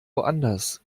woanders